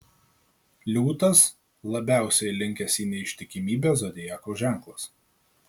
liūtas labiausiai linkęs į neištikimybę zodiako ženklas